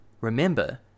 Remember